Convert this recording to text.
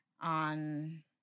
on